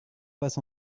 passe